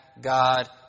God